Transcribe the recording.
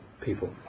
people